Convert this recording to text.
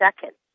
seconds